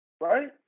right